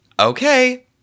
Okay